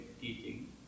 teaching